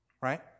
right